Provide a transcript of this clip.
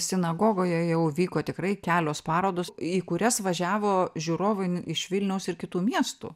sinagogoje jau vyko tikrai kelios parodos į kurias važiavo žiūrovai iš vilniaus ir kitų miestų